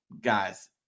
guys